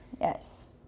yes